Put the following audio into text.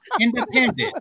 independent